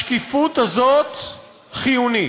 השקיפות הזאת חיונית.